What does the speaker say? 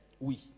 oui